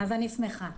אני שמחה.